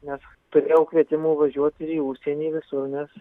nes turėjau kvietimų važiuot ir į užsienį visur nes